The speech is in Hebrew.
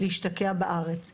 להשתקע בארץ.